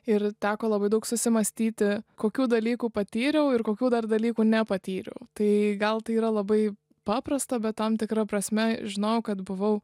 ir teko labai daug susimąstyti kokių dalykų patyriau ir kokių dar dalykų nepatyriau tai gal tai yra labai paprasta bet tam tikra prasme žinojau kad buvau